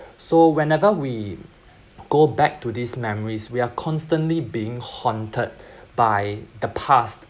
so whenever we go back to these memories we are constantly being haunted by the past